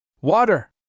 Water